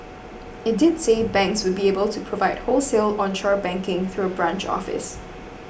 it did say banks would be able to provide wholesale onshore banking through a branch office